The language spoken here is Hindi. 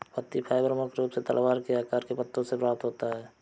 पत्ती फाइबर मुख्य रूप से तलवार के आकार के पत्तों से प्राप्त होता है